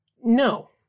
No